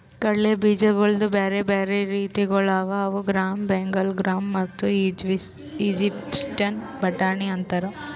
ಕಡಲೆ ಬೀಜಗೊಳ್ದು ಬ್ಯಾರೆ ಬ್ಯಾರೆ ರೀತಿಗೊಳ್ ಅವಾ ಅವು ಗ್ರಾಮ್, ಬೆಂಗಾಲ್ ಗ್ರಾಮ್ ಮತ್ತ ಈಜಿಪ್ಟಿನ ಬಟಾಣಿ ಅಂತಾರ್